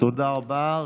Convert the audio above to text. תודה רבה.